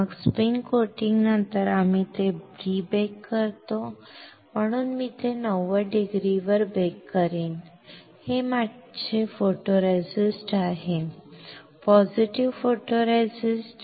मग स्पिन कोटिंगनंतर आम्ही ते प्री बेक करतो म्हणून मी ते 90 डिग्रीवर बेक करीन हे माझे फोटोरेसिस्ट आहे पॉझिटिव्ह फोटोरेसिस्ट